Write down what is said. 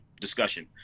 discussion